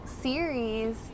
series